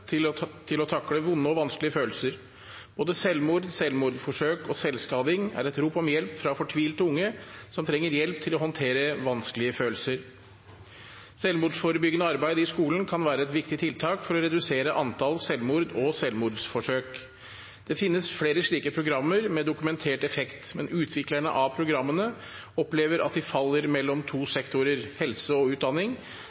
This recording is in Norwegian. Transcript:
til å takle vonde og vanskelige følelser. Både selvmord, selvmordsforsøk og selvskading er et rop om hjelp fra fortvilte unge som trenger hjelp til å håndtere vanskelige følelser. Det er fortvilende for oss alle å være